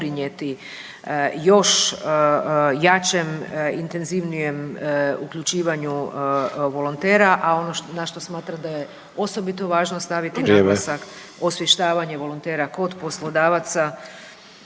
doprinijeti još jačem, intenzivnijem uključivanju volontera, a ono na što smatram da je osobito važno staviti naglasak …/Upadica: Vrijeme./… osvještavanje volontera kod poslodavaca